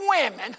women